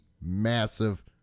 massive